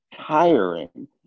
tiring